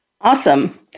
Awesome